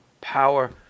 power